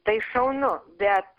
tai šaunu bet